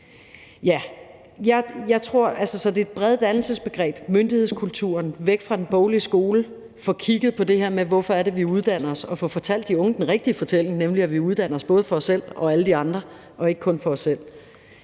det er det brede dannelsesbegreb, myndighedskulturen, at komme væk fra den boglige skole, at få kigget på det her med, hvorfor det er, vi uddanner os, og at få fortalt de unge den rigtige fortælling, nemlig at vi uddanner os både for os selv og alle de andre og ikke kun for os selv.